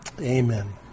Amen